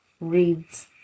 reads